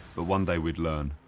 but one day we'd learn